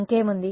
ఇంకేముంది